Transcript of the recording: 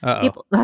People